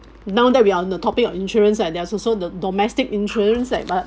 now that we're on the topic on insurance ah there's also the domestic insurance like but